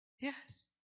Yes